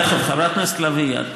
תכף, חברת הכנסת לביא.